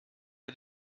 der